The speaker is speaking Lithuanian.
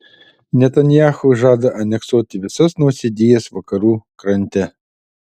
netanyahu žada aneksuoti visas nausėdijas vakarų krante